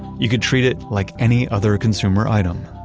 you could treat it like any other consumer item.